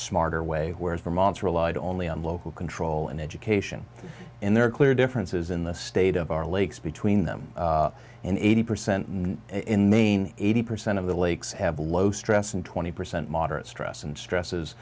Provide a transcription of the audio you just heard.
smarter way whereas vermont relied only on local control and education and there are clear differences in the state of our lakes between them and eighty percent in maine eighty percent of the lakes have low stress and twenty percent moderate stress and stress